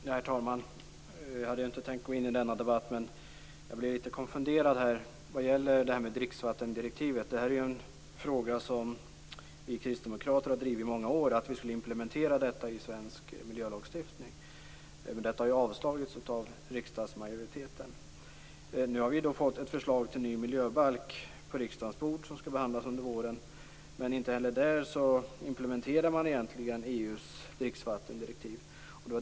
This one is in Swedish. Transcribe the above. Herr talman! Jag hade inte tänkt gå in i denna debatt, men jag blev litet konfunderad vad gäller dricksvattendirektivet. Vi kristdemokrater har ju i många år drivit frågan om att man skall implementera den i svensk miljölagstiftning. Detta har avslagits av riksdagsmajoriteten. Nu har vi fått ett förslag till ny miljöbalk på riksdagens bord som skall behandlas under våren. Men inte heller där implementerar man egentligen EU:s dricksvattendirektiv.